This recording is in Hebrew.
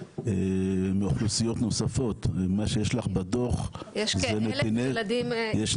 מאוכלוסיות נוספות ומה שיש לך בדוח זה נתינים,